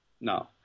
No